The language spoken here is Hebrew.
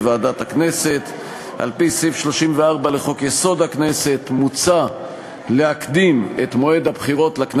יציג את ההצעה יושב-ראש ועדת הכנסת חבר הכנסת יריב לוין.